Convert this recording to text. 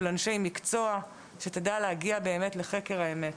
של אנשי מקצוע, שתדע להגיע לחקר האמת.